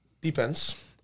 depends